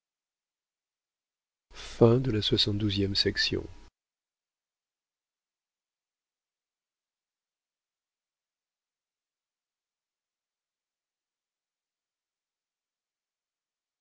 de la méditerranée se